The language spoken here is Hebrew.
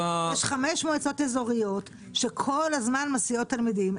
יש חמש מועצות אזוריות שכל הזמן מסיעות תלמידים,